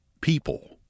people